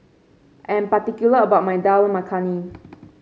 I am particular about my Dal Makhani